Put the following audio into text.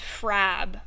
Frab